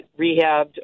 rehabbed